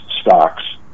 stocks